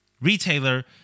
retailer